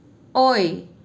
ꯑꯣꯏ